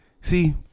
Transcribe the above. See